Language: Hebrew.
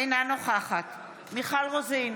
אינה נוכחת מיכל רוזין,